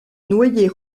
noyer